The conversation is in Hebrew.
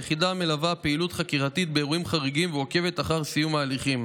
היחידה מלווה פעילות חקירתית באירועים חריגים ועוקבת אחר סיום ההליכים,